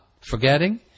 forgetting